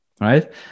right